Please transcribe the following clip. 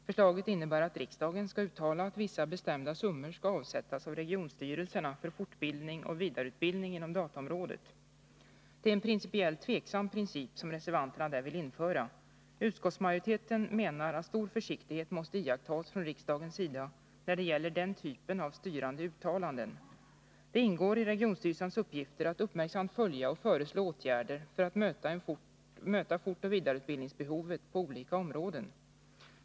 Förslaget innebär att riksdagen skall uttala att vissa bestämda summor skall avsättas av regionstyrelserna för fortbildning och vidareutbildning inom dataområdet. Det är en principiellt tvivelaktig princip som reservanterna vill införa. Utskottsmajoriteten menar att stor försiktighet måste iakttas från riksdagens sida när det gäller den typen av styrande uttalanden. Det ingår i regionstyrelsernas uppgifter att uppmärksamt följa och föreslå åtgärder för att möta fortoch vidareutbildningsbehovet på olika områden.